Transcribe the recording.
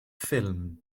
ffilm